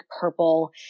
purple